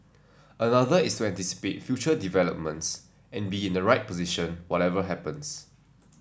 another is to anticipate future developments and be in the right position whatever happens